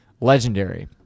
legendary